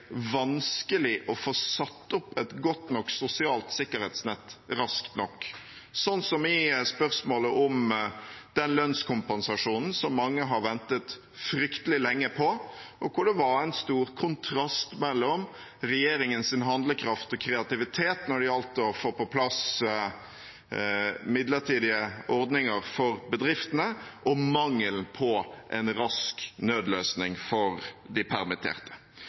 vanskelig å få satt opp et godt nok sosialt sikkerhetsnett raskt nok – som i spørsmålet om lønnskompensasjonen mange har ventet fryktelig lenge på, og der det var stor kontrast mellom regjeringens handlekraft og kreativitet når det gjaldt å få på plass midlertidige ordninger for bedriftene, og mangelen på en rask nødløsning for de permitterte.